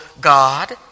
God